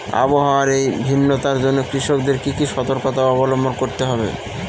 আবহাওয়ার এই ভিন্নতার জন্য কৃষকদের কি কি সর্তকতা অবলম্বন করতে হবে?